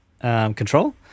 control